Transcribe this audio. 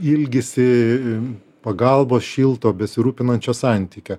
ilgisi pagalbos šilto besirūpinančio santykio